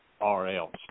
R.L.'s